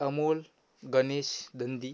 Amol Ganesh Dandi